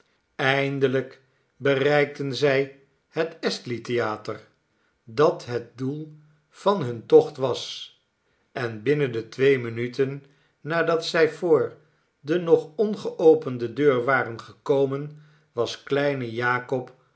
eindelijk bereikten zij het astley theater dat het doel van hun tocht was en binnen de twee minuten nadat zij voor de nog ongeopende deur waren gekomen was kleine jakob